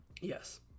Yes